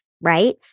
right